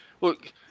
look